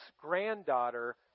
granddaughter